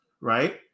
right